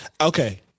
okay